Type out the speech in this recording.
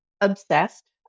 obsessed